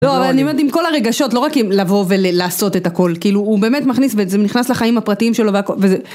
לא אבל אני אומרת עם כל הרגשות לא רק לבוא ולעשות את הכל כאילו הוא באמת מכניס וזה נכנס לחיים הפרטיים שלו